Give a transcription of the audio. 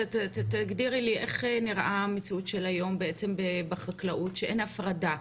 תגדירי לי איך נראה המציאות של היום בחקלאות שאין הפרדה.